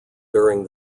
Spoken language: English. during